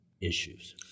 issues